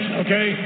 okay